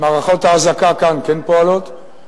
מערכות האזעקה כאן כן פועלות,